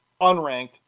unranked